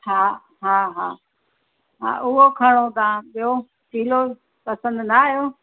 हा हा हा हा उहो खणो तव्हां ॿियो पीलो पसन्दि ना आहियो